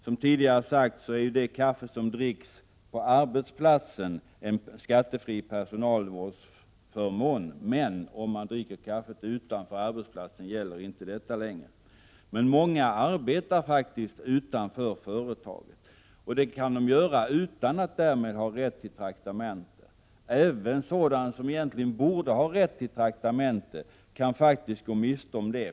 Som tidigare sagts är det kaffe som dricks på arbetsplatsen en skattefri personalvårdsförmån, men om man dricker kaffe utanför arbetsplatsen gäller inte detta längre. Många människor arbetar faktiskt utanför företag, och det kan de göra utan att därmed ha rätt till traktamente. Även personer som egentligen borde ha rätt till traktamente kan faktiskt gå miste om det.